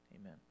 amen